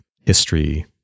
history